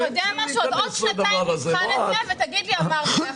בעוד שנתיים נבחן את זה ותגיד לי אמרתי לך.